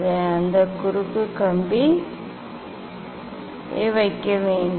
நான் அந்த குறுக்கு கம்பியை வைக்க வேண்டும்